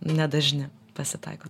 nedažni pasitaiko